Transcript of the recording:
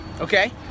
okay